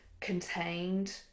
contained